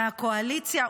מהקואליציה,